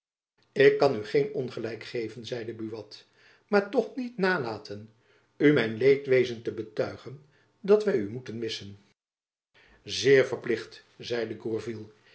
ik kan u geen ongelijk geven zeide buat maar toch niet nalaten u mijn leedwezen te betuigen dat wy u moeten missen zeer verplicht